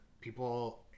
people